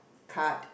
card